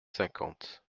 cinquante